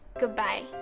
Goodbye